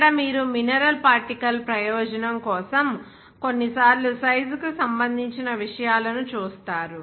ఇక్కడ మీరు mineral particle ప్రయోజనం కోసం కొన్నిసార్లు సైజ్ కి సంబంధించిన విషయాలను చూస్తారు